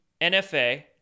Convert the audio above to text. NFA